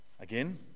Again